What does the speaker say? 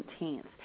17th